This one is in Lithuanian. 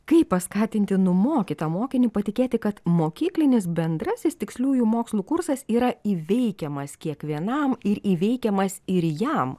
kaip paskatinti nu mokyt tą mokinį patikėti kad mokyklinis bendrasis tiksliųjų mokslų kursas yra įveikiamas kiekvienam ir įveikiamas ir jam